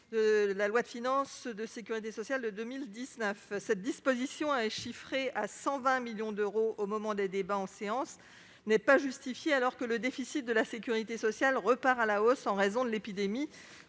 sur les actions gratuites voté en 2019. Cette disposition, chiffrée à 120 millions d'euros au moment des débats en séance, n'est pas justifiée, alors que le déficit de la sécurité sociale repart à la hausse en raison de l'épidémie